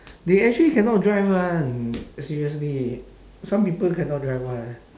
they actually cannot drive [one] seriously some people cannot drive [one]